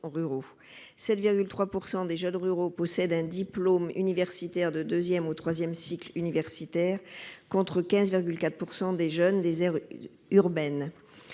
7,3 % des jeunes ruraux possèdent un diplôme universitaire de deuxième ou troisième cycle universitaire, contre 15,4 % des jeunes des aires urbaines.